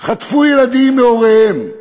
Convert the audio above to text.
חטפו ילדים מהוריהם,